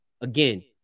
again